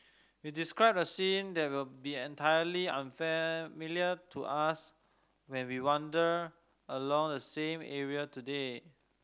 he described a scene that will be entirely unfamiliar to us when we wander along the same area today